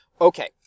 Okay